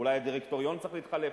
אולי הדירקטוריון צריך להתחלף,